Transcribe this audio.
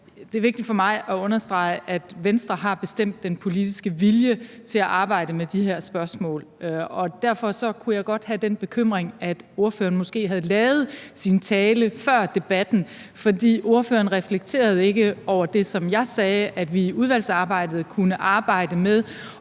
Det er vigtigt for mig at understrege, at Venstre bestemt har den politiske vilje til at arbejde med de her spørgsmål, og derfor kunne jeg godt have den bekymring, at ordføreren måske havde lavet sin tale før debatten, for ordføreren reflekterede ikke over det, som jeg sagde, nemlig at vi i udvalgsarbejdet kunne arbejde med